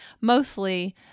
mostly